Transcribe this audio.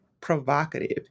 provocative